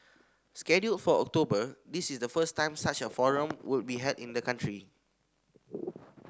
scheduled for October this is the first time such a forum will be held in the country